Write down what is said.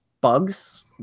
bugs